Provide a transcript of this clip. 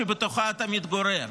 שבתוכה אתה מתגורר.